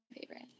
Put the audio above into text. favorite